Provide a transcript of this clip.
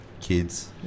Kids